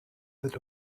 that